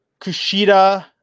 Kushida